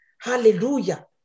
Hallelujah